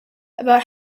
about